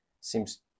seems